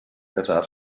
casar